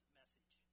message